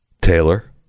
Taylor